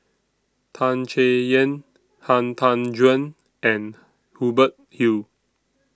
Tan Chay Yan Han Tan Juan and Hubert Hill